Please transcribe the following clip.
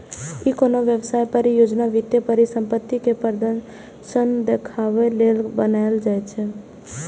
ई कोनो व्यवसाय, परियोजना, वित्तीय परिसंपत्ति के प्रदर्शन देखाबे लेल बनाएल जाइ छै